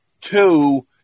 two